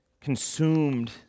consumed